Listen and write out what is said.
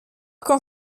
quand